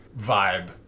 vibe